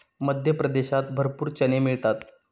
मध्य प्रदेशात भरपूर चणे मिळतात